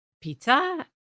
Pizza